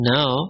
Now